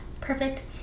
perfect